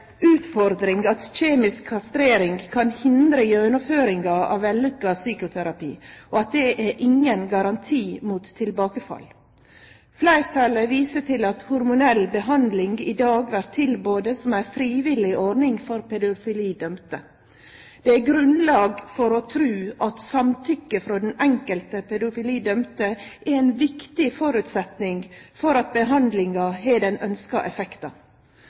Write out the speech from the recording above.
utfordring at kjemisk kastrering kan hindre gjennomføringa av vellukka psykoterapi, og at det ikkje er nokon garanti mot tilbakefall. Fleirtalet viser til at hormonell behandling i dag vert tilbode som ei frivillig ordning for pedofilidømde. Det er grunnlag for å tru at samtykke frå den enkelte pedofilidømde er ein viktig føresetnad for at behandlinga har den